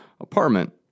apartment